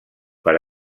per